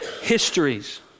histories